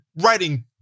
writing